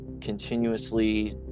continuously